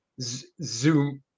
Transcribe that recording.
Zoom